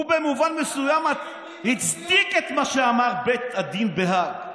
הוא במובן מסוים הצדיק את מה שאמר בית הדין בהאג.